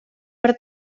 per